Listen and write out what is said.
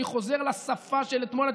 אני חוזר לשפה של אתמול.